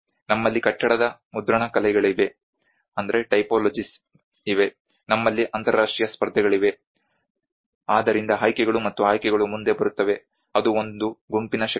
ನಮ್ಮಲ್ಲಿ ಕಟ್ಟಡದ ಮುದ್ರಣಕಲೆಗಳಿವೆ ನಮ್ಮಲ್ಲಿ ಅಂತರರಾಷ್ಟ್ರೀಯ ಸ್ಪರ್ಧೆಗಳಿವೆ ಆದ್ದರಿಂದ ಆಯ್ಕೆಗಳು ಮತ್ತು ಆಯ್ಕೆಗಳು ಮುಂದೆ ಬರುತ್ತವೆ ಅದು ಒಂದು ಗುಂಪಿನ ಶಕ್ತಿಯಾಗಿದೆ